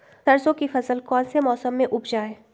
सरसों की फसल कौन से मौसम में उपजाए?